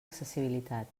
accessibilitat